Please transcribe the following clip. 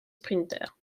sprinteurs